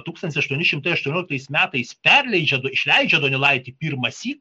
tūkstantis aštuoni šimtai aštuonioliktais metais perleidžia išleidžia donelaitį pirmąsyk